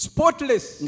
Spotless